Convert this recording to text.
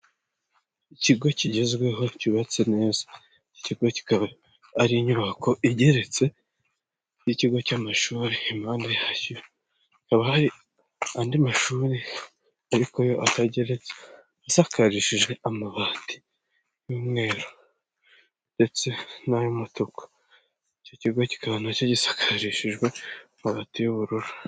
Ikigo kigezweho cyubatse neza ikigo kikaba ari inyubako igeretse y'ikigo cy'amashuri iza hakaba hari andi mashuri ariko yo asakarishijwe amabati y'umweru ndetse n'ay'umutuku icyo kigo kikaba nacyo gisakashishijwe amabati y'ubururu.